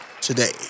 today